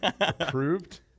approved